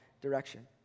direction